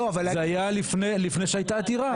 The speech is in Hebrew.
זה היה לפני שהייתה עתירה.